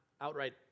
outright